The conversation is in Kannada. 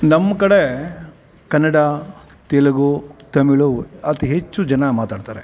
ನಮ್ಮ ಕಡೆ ಕನ್ನಡ ತೆಲುಗು ತಮಿಳ್ ಅತಿ ಹೆಚ್ಚು ಜನ ಮಾತಾಡ್ತಾರೆ